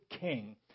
king